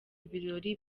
ibirori